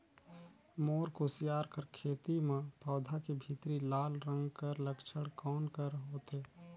मोर कुसियार कर खेती म पौधा के भीतरी लाल रंग कर लक्षण कौन कर होथे?